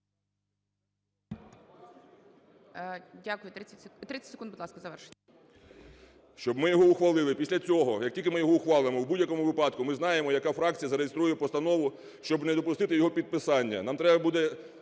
Дякую. 30 секунд, будь ласка, завершити. КРИВЕНКО В.М. …щоб ми його ухвалили. Після цього, як тільки ми його ухвалимо, у будь-якому випадку, ми знаємо, яка фракція зареєструє постанову, щоб не допустити його підписання.